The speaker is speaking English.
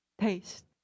taste